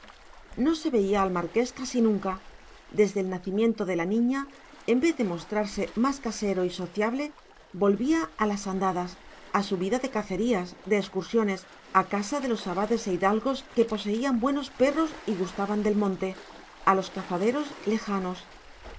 no se veía al marqués casi nunca desde el nacimiento de la niña en vez de mostrarse más casero y sociable volvía a las andadas a su vida de cacerías de excursiones a casa de los abades e hidalgos que poseían buenos perros y gustaban del monte a los cazaderos lejanos